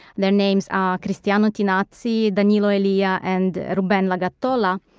their names are cristiano tinazzi, danilo elia and ruben lagattolla.